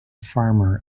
farmer